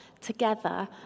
together